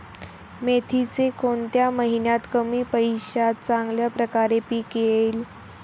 मेथीचे कोणत्या महिन्यात कमी पैशात चांगल्या प्रकारे पीक येईल?